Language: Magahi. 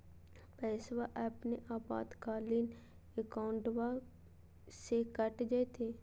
पैस्वा अपने आपातकालीन अकाउंटबा से कट जयते?